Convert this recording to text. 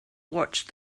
watched